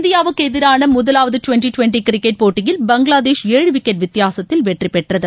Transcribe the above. இந்தியாவுக்கு எதிரான முதலாவது டுவெண்டி டுவெண்டி கிரிக்கெட் போட்டியில் பங்களாதேஷ் ஏழு விக்கெட் வித்தியாசத்தில் வெற்றி பெற்றது